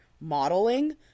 modeling